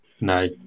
no